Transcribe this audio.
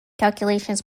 calculations